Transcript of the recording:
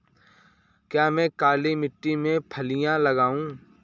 क्या मैं काली मिट्टी में फलियां लगाऊँ?